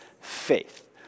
faith